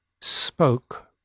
spoke